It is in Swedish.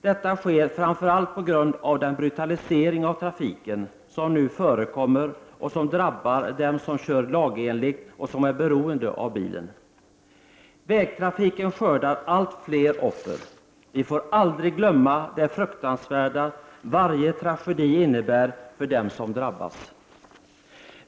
Detta inträffar framför allt på grund av den brutalisering av trafiken som nu sker och som drabbar dem som kör lagenligt och som är beroende av bilen. Vägtrafiken skördar allt fler offer. Vi får aldrig glömma det fruktansvärda varje tragedi innebär för dem som drabbas.